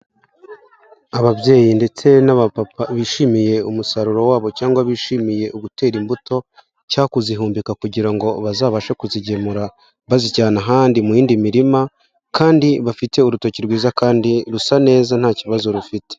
Ababyeyi ndetse n'abapapa bishimiye umusaruro wabo cyangwa bishimiye ugutera imbuto, cyangwa kuzihumbika kugira ngo bazabashe kuzigemura bazijyana ahandi mu yindi mirima, kandi bafite urutoki rwiza kandi rusa neza nta kibazo rufite.